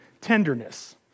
tenderness